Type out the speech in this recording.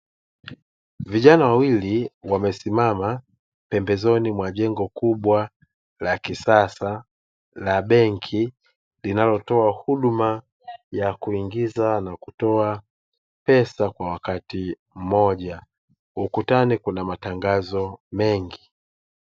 Vijana wawili wamesimama pembezoni mwa jengo kubwa la kisasa la benki linalotoa huduma ya kuingiza na kutoa pesa kwa wakati mmoja. Ukutani kuna matangazo mengi.